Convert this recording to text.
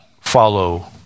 follow